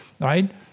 right